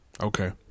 Okay